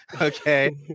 Okay